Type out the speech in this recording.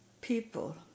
people